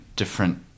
different